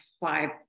five